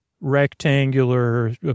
rectangular